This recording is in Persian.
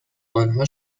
آنها